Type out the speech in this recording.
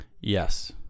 Yes